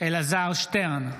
אלעזר שטרן,